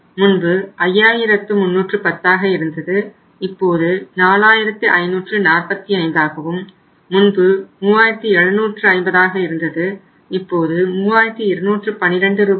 முன்பு 5310 ஆக இருந்தது இப்போது 4545 ஆகவும் முன்பு 3750 ஆக இருந்தது இப்போது 3212